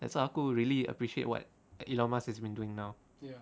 that's why aku really appreciate what elon musk has been doing now